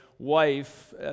wife